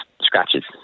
scratches